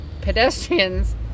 pedestrians